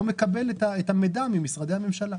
לא מקבל את המידע ממשרדי הממשלה.